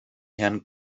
herrn